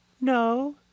No